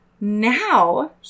Now